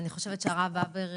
אני חושבת שהרב הבר,